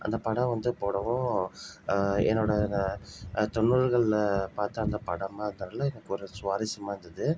அந்த படம் வந்து போடவும் என்னோட தொண்ணூறுகளில் பார்த்த அந்த படம் பார்த்ததுல எனக்கு ஒரு சுவாரஸ்யமாக இருந்தது